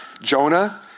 Jonah